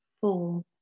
four